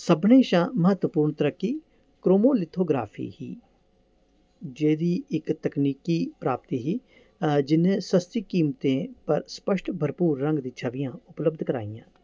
सभनें शा म्हत्वपूर्ण तरक्की क्रीमो लिथोग्राफी ही जेह्दी इक तकनीकी प्राप्ति ही जि'न्नै सस्ती कीमतें पर स्पश्ट भरपूर रंग दी छवियां उपलब्ध कराइयां